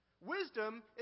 Wisdom